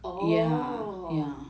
oh